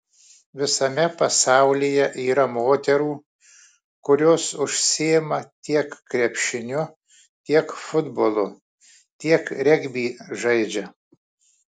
visame pasaulyje yra moterų kurios užsiima tiek krepšiniu tiek futbolu tiek regbį žaidžia